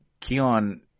Keon